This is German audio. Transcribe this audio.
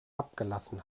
abgelassen